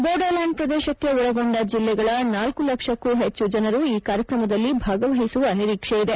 ಬೋಡೋಲ್ಯಾಂಡ್ ಪ್ರದೇಶಕ್ಕೆ ಒಳಗೊಂಡ ಜಿಲ್ಲೆಗಳ ಳ ಲಕ್ಷಕ್ಕೂ ಹೆಚ್ಚು ಜನರು ಈ ಕಾರ್ಯಕ್ರಮದಲ್ಲಿ ಭಾಗವಹಿಸುವ ನಿರೀಕ್ಷೆ ಇದೆ